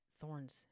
thorns